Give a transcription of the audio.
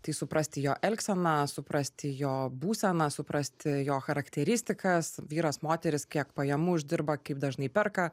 tai suprasti jo elgseną suprasti jo būseną suprasti jo charakteristikas vyras moteris kiek pajamų uždirba kaip dažnai perka